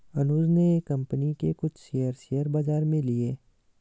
अनुज ने एक कंपनी के कुछ शेयर, शेयर बाजार से लिए